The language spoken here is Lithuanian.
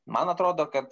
man atrodo kad